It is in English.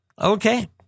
Okay